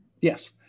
Yes